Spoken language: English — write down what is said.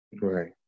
Right